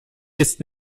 ist